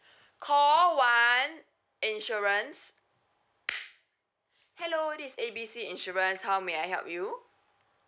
call one insurance hello this is A B C insurance how may I help you